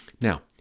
Now